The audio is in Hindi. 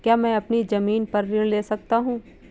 क्या मैं अपनी ज़मीन पर ऋण ले सकता हूँ?